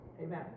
Amen